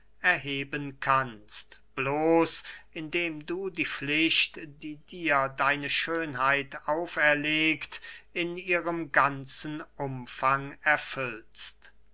erheben kannst bloß indem du die pflicht die dir deine schönheit auferlegt in ihrem umfang erfüllst